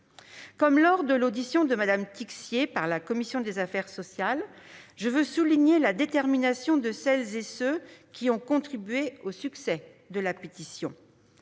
Comme lors de l'audition de Mme Tixier par la commission des affaires sociales, je veux souligner la détermination de celles et ceux qui ont contribué au succès de la pétition